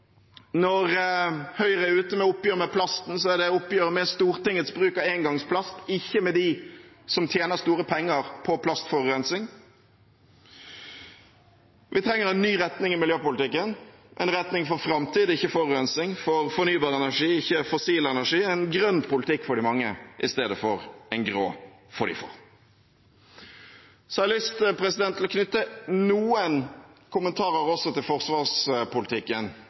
Når Høyre er ute med oppgjør med plasten, er det oppgjør med Stortingets bruk av engangsplast, ikke med dem som tjener store penger på plastforurensning. Vi trenger en ny retning i miljøpolitikken, en retning for framtid, ikke forurensning, for fornybar energi, ikke fossil energi, en grønn politikk for de mange i stedet for en grå for de få. Jeg har lyst til å knytte noen kommentarer også til forsvarspolitikken,